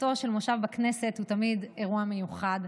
פתיחתו של מושב בכנסת היא תמיד אירוע מיוחד,